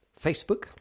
Facebook